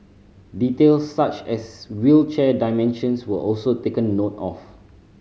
details such as wheelchair dimensions were also taken note of